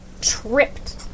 tripped